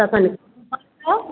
अपन